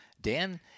Dan